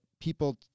people